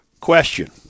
Question